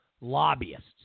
lobbyists